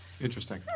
Interesting